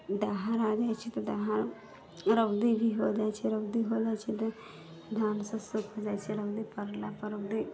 दहा जाइ छै दहा रौदी भी हो जाइ छै रौदी हो जाइ छै तऽ धानसब सुखि जाइ छै रौदी पड़लापर